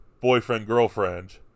boyfriend-girlfriend